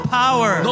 power